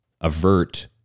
avert